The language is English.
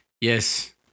Yes